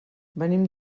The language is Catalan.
venim